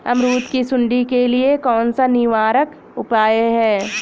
अमरूद की सुंडी के लिए कौन सा निवारक उपाय है?